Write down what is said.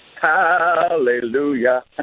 Hallelujah